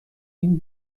این